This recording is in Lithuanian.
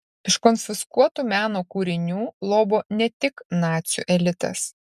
iš konfiskuotų meno kūrinių lobo ne tik nacių elitas